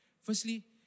Firstly